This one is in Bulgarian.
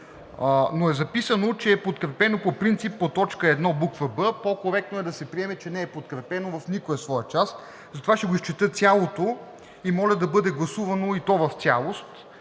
но е записано, че е подкрепено по принцип по т. 1, буква „б“. По-коректно е да се приеме, че не е подкрепено в никоя своя част. Затова ще го изчета цялото и моля да бъде гласувано и то в цялост,